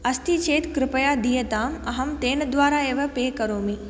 अस्ति चेत् कृपया दीयताम् अहं तेन द्वारा एव पे करोमि